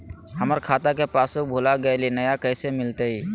हमर खाता के पासबुक भुला गेलई, नया कैसे मिलतई?